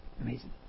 Amazing